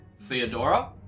Theodora